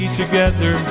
together